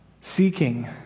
seeking